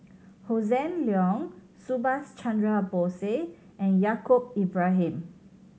Hossan Leong Subhas Chandra Bose and Yaacob Ibrahim